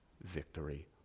victory